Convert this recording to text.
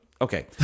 Okay